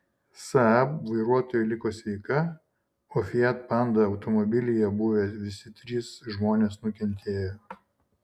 saab vairuotoja liko sveika o fiat panda automobilyje buvę visi trys žmonės nukentėjo